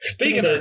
Speaking